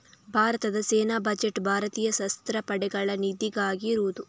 ಭಾರತದ ಸೇನಾ ಬಜೆಟ್ ಭಾರತೀಯ ಸಶಸ್ತ್ರ ಪಡೆಗಳ ನಿಧಿಗಾಗಿ ಇರುದು